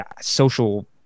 social